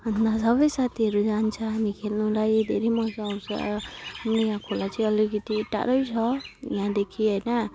अनि त सबै साथीहरू जान्छ हामी खेल्नुलाई धेरै मन पराउँछ हाम्रो यहाँ खोला चाहिँ अलिकति टाढै छ यहाँदेखि होइन